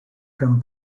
from